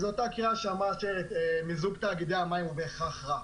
זו אותה קריאה שאמרה שמיזוג תאגידי המים הוא בהכרח רע.